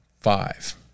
five